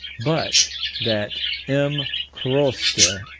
but that m. croste,